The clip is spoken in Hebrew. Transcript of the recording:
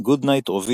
- גודנייט רוביצ'ו.